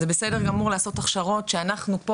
זה בסדר גמור לעשות הכשרות שאנחנו פה